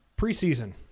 Preseason